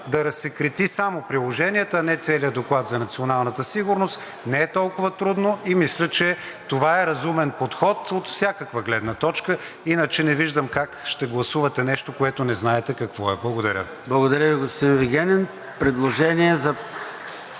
да разсекрети само приложенията, а не целия доклад за националната сигурност – не е толкова трудно, и мисля, че това е разумен подход от всякаква гледна точка. Иначе не виждам как ще гласувате нещо, което не знаете какво е. Благодаря Ви. ПРЕДСЕДАТЕЛ ЙОРДАН ЦОНЕВ: Благодаря Ви, господин Вигенин. Предложение за